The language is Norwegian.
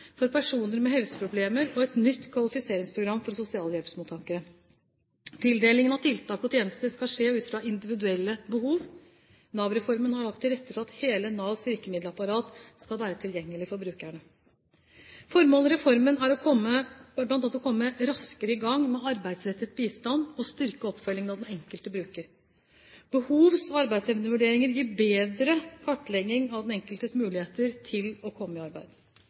for personer med helseproblemer og et nytt kvalifiseringsprogram for sosialhjelpsmottakere. Tildeling av tiltak og tjenester skal skje ut fra individuelle behov. Nav-reformen har lagt til rette for at hele Navs virkemiddelapparat skal være tilgjengelig for brukerne. Formålet med reformene er bl.a. å komme raskere i gang med arbeidsrettet bistand og styrke oppfølgingen av den enkelte bruker. Behovs- og arbeidsevnevurderinger gir bedre kartlegging av den enkeltes muligheter til å komme i arbeid.